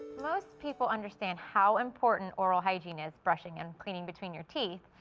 most people understand how important oral hygiene is, brushing and cleaning between your teeth.